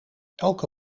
elke